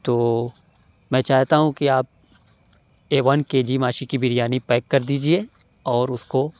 تو میں چاہتا ہوں کہ آپ اے ون کے جی ماشی کی بریانی پیک کر دیجیے اور اُس کو